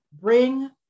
bring